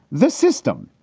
the system,